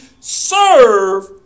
serve